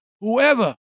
Whoever